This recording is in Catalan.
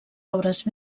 obres